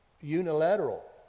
unilateral